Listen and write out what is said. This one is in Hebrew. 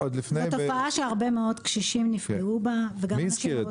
זו תופעה שהרבה מאוד קשישים נפגעו בה וגם אנשים מאוד חכמים.